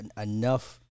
enough